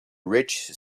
rich